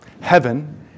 Heaven